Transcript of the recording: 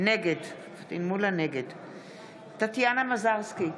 נגד טטיאנה מזרסקי,